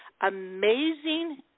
amazing